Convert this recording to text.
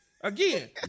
Again